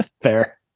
Fair